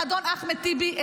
אדון אחמד טיבי,